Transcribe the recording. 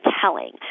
telling